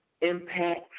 impact